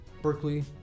Berkeley